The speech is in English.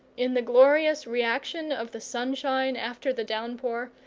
in the glorious reaction of the sunshine after the downpour,